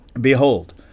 Behold